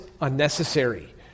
unnecessary